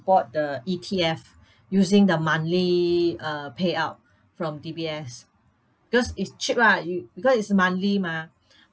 bought the E_T_F using the monthly uh payout from D_B_S because it's cheap lah you because it's monthly mah